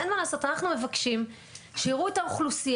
אין מה לעשות: אנחנו מבקשים שיראו את האוכלוסייה,